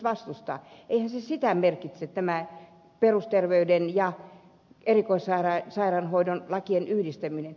eihän se sitä merkitse tämä perusterveyden ja erikoissairaanhoidon lakien yhdistäminen